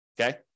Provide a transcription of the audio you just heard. okay